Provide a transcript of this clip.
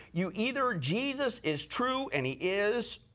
you either jesus is true, and he is,